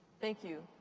thank you.